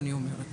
אני אומרת